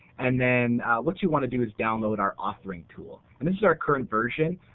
and then what you want to do is download our authoring tool. and this is our current version.